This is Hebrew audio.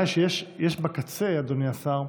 אתה יודע שיש בקצה, אדוני השר,